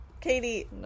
Katie